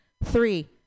three